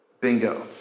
bingo